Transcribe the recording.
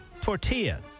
tortilla